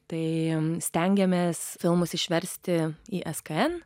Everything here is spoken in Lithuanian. tai stengiamės filmus išversti į skn